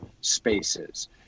spaces